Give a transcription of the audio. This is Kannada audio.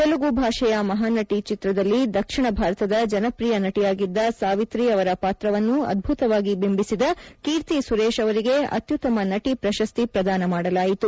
ತೆಲುಗು ಭಾಷೆಯ ಮಹಾನಟಿ ಚಿತ್ರದಲ್ಲಿ ದಕ್ಷಿಣ ಭಾರತದ ಜನಪ್ರಿಯ ನಟಿಯಾಗಿದ್ದ ಸಾವಿತ್ರಿ ಅವರ ಪಾತ್ರವನ್ನು ಅದ್ಬುತವಾಗಿ ಬಿಂಬಿಸಿದ ಕೀರ್ತಿ ಸುರೇಶ್ ಅವರಿಗೆ ಅತ್ಯುತ್ತಮ ನಟಿ ಪ್ರಶಸ್ತಿ ಪ್ರದಾನ ಮಾಡಲಾಯಿತು